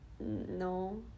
No